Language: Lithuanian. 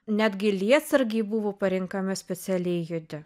netgi lietsargiai buvo parenkami specialiai juodi